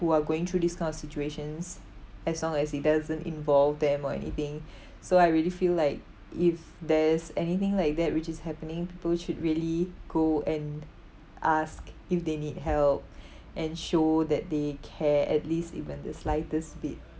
who are going through these kind of situations as long as it doesn't involve them or anything so I really feel like if there's anything like that which is happening people should really go and ask if they need help and show that they care at least even the slightest bit